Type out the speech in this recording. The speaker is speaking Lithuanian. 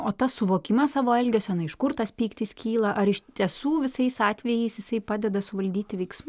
o tas suvokimas savo elgesio iš kur tas pyktis kyla ar iš tiesų visais atvejais jisai padeda suvaldyti veiksmą